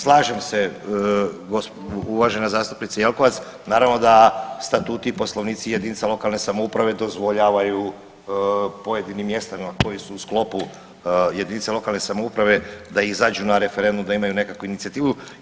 Slažem se uvažena zastupnice Jelkovac, naravno da statuti i poslovnici jedinica lokalne samouprave dozvoljavaju pojedinim mjestima koji su u sklopu jedinica lokalne samouprave da izađu na referendum da imaju nekakvu inicijativu.